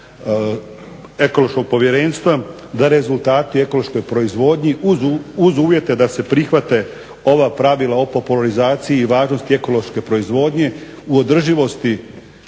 ekološkog povjerenstva da rezultati ekološkoj proizvodnji uz uvjete da se prihvate ova pravila o popularizaciji i važnosti ekološke proizvodnje u održivosti